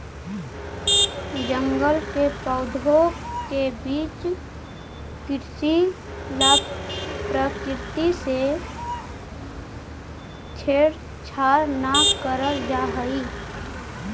जंगल के पौधों के बीच कृषि ला प्रकृति से छेड़छाड़ न करल जा हई